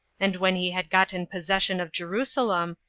and when he had gotten possession of jerusalem,